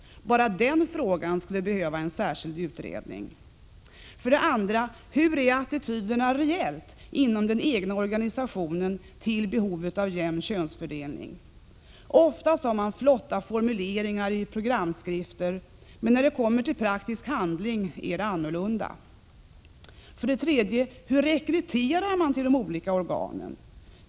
Bara den frågan skulle behöva en särskild utredning. 2. Hur är attityderna reellt inom den egna organisationen till behovet av en jämn könsfördelning? Oftast har man flotta formuleringar i programskrifter, men när det kommer till praktisk handling är det annorlunda. 3. Hur rekryterar man till de olika organen?